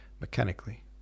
mechanically